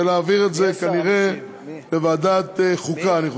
ולהעביר את זה כנראה לוועדת חוקה, אני חושב.